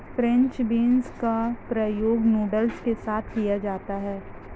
French beans का प्रयोग noodles के साथ किया जाता है